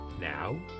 Now